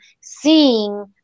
seeing